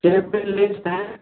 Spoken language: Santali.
ᱪᱮᱫ ᱵᱮᱱ ᱞᱟᱹᱭᱮᱫ ᱛᱟᱦᱮᱸᱫ